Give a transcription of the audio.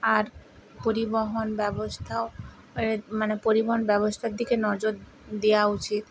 আর পরিবহন ব্যবস্থাও আরে মানে পরিবহন ব্যবস্থার দিকে নজর দেয়া উচিত